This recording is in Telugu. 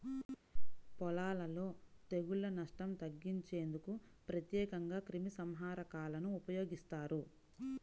పొలాలలో తెగుళ్ల నష్టం తగ్గించేందుకు ప్రత్యేకంగా క్రిమిసంహారకాలను ఉపయోగిస్తారు